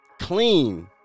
clean